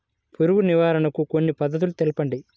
పురుగు నివారణకు కొన్ని పద్ధతులు తెలుపండి?